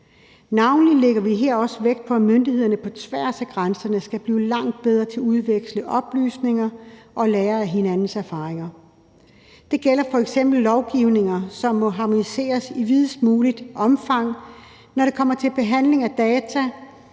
Navnlig lægger vi her også vægt på, at myndighederne på tværs af grænserne skal blive langt bedre til at udveksle oplysninger og lære af hinandens erfaringer. Det gælder f.eks. lovgivninger, som må harmoniseres i videst muligt omfang, når det kommer til behandling af data,